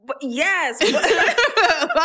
Yes